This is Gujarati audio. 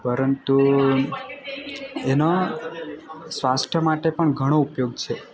પરંતુ એનો સ્વાસ્થ્ય માટે પણ ઘણો ઉપયોગ છે